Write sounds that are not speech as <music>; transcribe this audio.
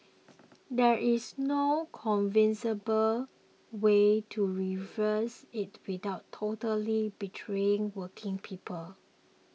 <noise> there is no convincible way to reverse it without totally betraying working people